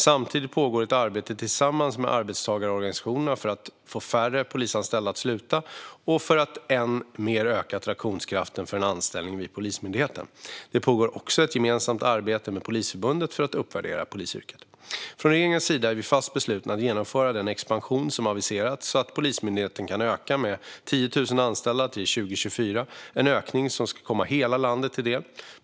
Samtidigt pågår ett arbete tillsammans med arbetstagarorganisationerna för att få färre polisanställda att sluta och för att än mer öka attraktionskraften för en anställning vid Polismyndigheten. Det pågår också ett gemensamt arbete med Polisförbundet för att uppvärdera polisyrket. Från regeringens sida är vi fast beslutna att genomföra den expansion som aviserats så att Polismyndigheten kan öka med 10 000 anställda till 2024, en ökning som ska komma hela landet till del.